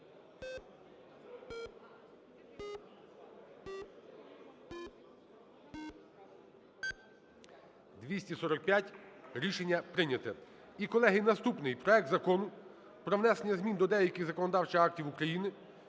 За-245 Рішення прийняте. І, колеги, наступний проект Закону про внесення змін до деяких законодавчих актів України